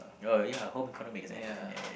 oh ya home economics F and N